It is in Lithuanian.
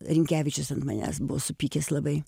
rinkevičius ant manęs buvo supykęs labai